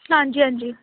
ਹਾਂਜੀ ਹਾਂਜੀ